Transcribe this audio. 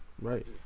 Right